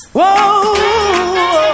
Whoa